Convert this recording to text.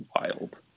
wild